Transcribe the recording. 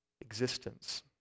existence